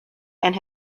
and